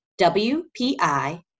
WPI